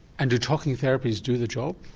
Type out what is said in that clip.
and do talking therapies do the job?